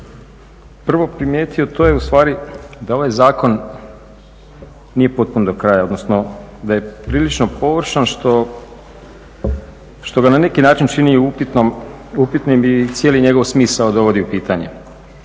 prvo primijetio to je u stvari da ovaj zakon nije potpun do kraja, odnosno da je prilično površan što ga na neki način čini upitnim i cijeli njegov smisao dovodi u pitanje.